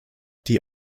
die